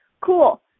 Cool